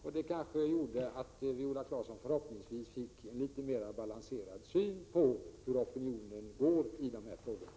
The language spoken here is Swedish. Därmed kan Viola Claesson förhoppningsvis få en litet mera balanserad syn på opinionen i denna fråga.